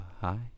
Hi